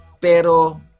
pero